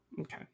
Okay